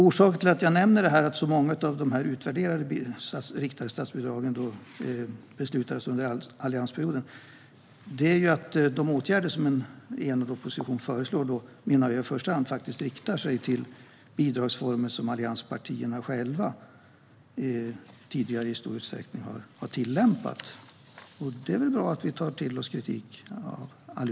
Orsaken till att jag nämner att så många av de utvärderade riktade statsbidragen beslutades om under alliansperioden är att jag menar att de åtgärder som en enad opposition föreslår i första hand riktar sig till bidragsformer som allianspartierna själva tidigare i stor utsträckning har tillämpat. Och det är väl bra att vi allihop tar till oss kritik.